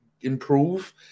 improve